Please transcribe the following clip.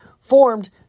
formed